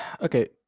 okay